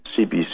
CBC